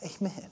Amen